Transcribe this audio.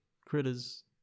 critters